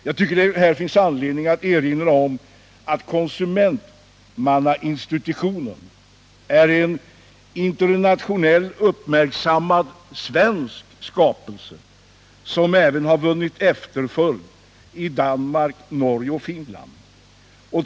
Jag tycker att det här finns anledning erinra om att konsumentombudsmannainstitutionen är en — internationellt uppmärksammad — svensk skapelse, som även har vunnit efterföljd i Danmark, Norge och Finland.